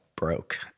Broke